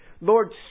Lord